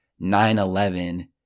9-11